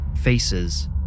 faces